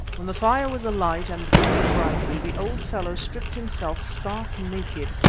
when the fire was alight and burning brightly, the old fellow stripped himself stark naked,